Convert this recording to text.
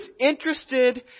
interested